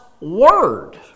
Word